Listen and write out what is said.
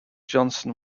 johnson